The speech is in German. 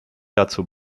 dazu